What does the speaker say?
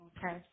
Okay